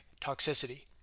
toxicity